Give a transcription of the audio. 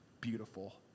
beautiful